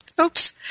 oops